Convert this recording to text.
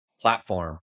platform